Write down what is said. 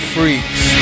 Freaks